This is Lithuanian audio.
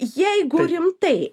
jeigu rimtai